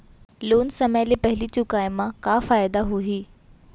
Loan समय ले पहिली चुकाए मा का फायदा होही?